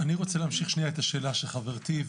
אני רוצה להמשיך את השאלה של חברתי.